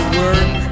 work